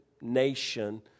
nation